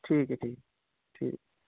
ٹھیک ہے ٹھیک ٹھیک